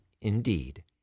indeed